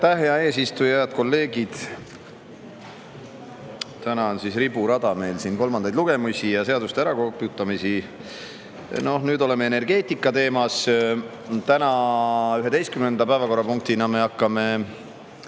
hea eesistuja! Head kolleegid! Täna on riburada meil siin kolmandaid lugemisi ja seaduste ärakoputamisi. Nüüd oleme energeetika teema juures. Täna 11. päevakorrapunktina me hakkame